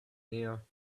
there